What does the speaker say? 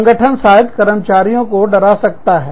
संगठन शायद कर्मचारियों को डरा सकता है